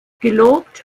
gelobt